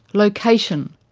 location,